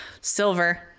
Silver